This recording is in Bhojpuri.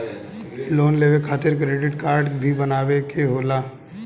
लोन लेवे खातिर क्रेडिट काडे भी बनवावे के होला?